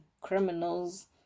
criminals